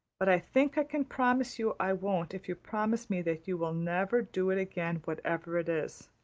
but i think i can promise you i won't if you promise me that you will never do it again, whatever it is.